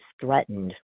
threatened